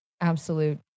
absolute